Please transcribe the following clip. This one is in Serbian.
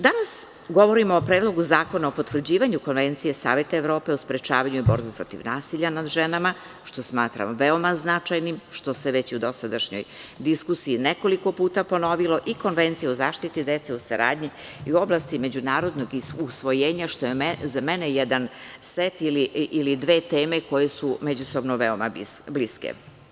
Danas govorimo o Predlogu zakona o potvrđivanju Konvencije Saveta Evrope o sprečavanju borbe protiv nasilja nad ženama, što smatram veoma značajnim, što se već u dosadašnjoj diskusiji nekoliko puta ponovilo i Konvencija o zaštiti dece o saradnji i u oblasti međunarodnog usvojenja, što je za mene jedan set ili dve teme koje su međusobno veoma bliske.